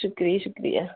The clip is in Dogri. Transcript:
शुक्रिया शुक्रिया